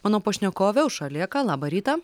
mano pašnekovė aušra lėka labą rytą